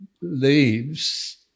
leaves